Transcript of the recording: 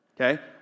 Okay